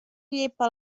llepa